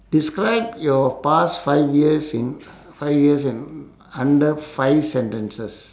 describe your past five years in five years in under five sentences